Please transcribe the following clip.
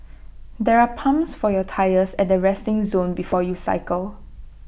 there are pumps for your tyres at the resting zone before you cycle